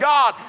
God